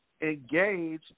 Engage